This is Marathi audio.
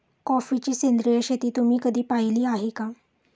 कॉफीची सेंद्रिय शेती तुम्ही कधी पाहिली आहे का?